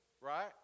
right